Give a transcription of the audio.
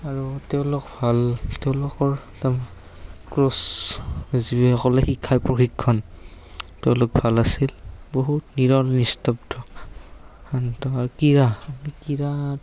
আৰু তেওঁলোক ভাল তেওঁলোকৰ ক'চ যিসকলে শিক্ষা প্ৰশিক্ষণ তেওঁলোক ভাল আছিল বহুত নিৰল নিস্তব্ধ শান্ত কিৰা কিৰা